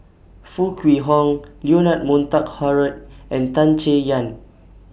Foo Kwee Horng Leonard Montague Harrod and Tan Chay Yan